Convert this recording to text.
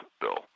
bill